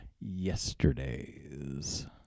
yesterdays